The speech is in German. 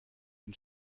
den